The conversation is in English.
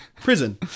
prison